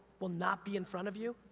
will not be in front of you,